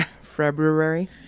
February